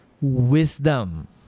wisdom